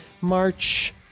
March